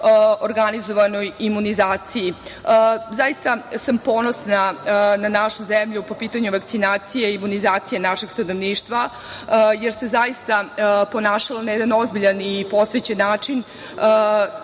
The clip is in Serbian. organizovanoj imunizaciji. Zaista sam ponosna na našu zemlju po pitanju vakcinacije i imunizacije našeg stanovništva, jer se zaista ponašala na jedan ozbiljan i posvećen način,